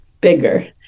bigger